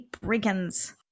brigands